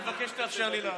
אני מבקש שתאפשר לי לעלות.